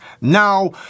now